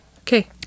Okay